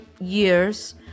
years